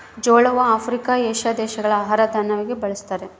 ಜೋಳವು Africa, Asia ದೇಶಗಳ ಆಹಾರ ದಾನ್ಯವಾಗಿ ಬಳಸ್ತಾರ